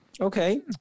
Okay